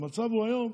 המצב היום,